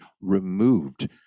removed